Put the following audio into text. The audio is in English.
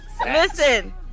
Listen